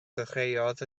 ddechreuodd